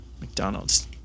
McDonald's